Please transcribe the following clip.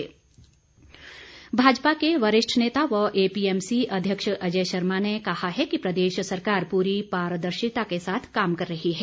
अजय शर्मा भाजपा के वरिष्ठ नेता व एपीएमसी अध्यक्ष अजय शर्मा ने कहा है कि प्रदेश सरकार पूरी पारदर्शिता के साथ काम कर रही है